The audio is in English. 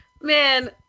Man